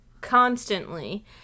constantly